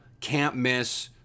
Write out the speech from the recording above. can't-miss